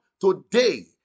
today